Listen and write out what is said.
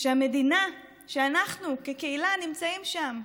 שהמדינה ושאנחנו כקהילה נמצאים שם,